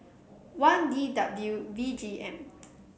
one D W V G M